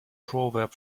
proverb